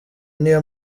niyo